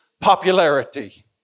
popularity